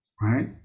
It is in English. right